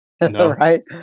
right